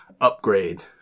upgrade